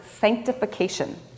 sanctification